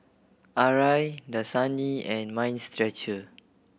Arai Dasani and Mind Stretcher